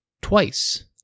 twice